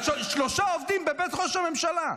על שלושה עובדים בבית ראש הממשלה.